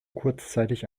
kurzzeitig